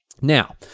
Now